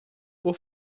por